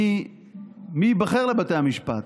מי ייבחר לבתי המשפט?